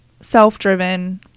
self-driven